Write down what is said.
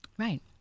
Right